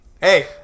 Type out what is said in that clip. hey